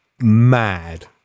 mad